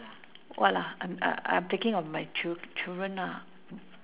what lah I'm I I'm thinking of my chil~ children lah